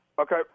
Okay